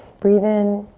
breathe in.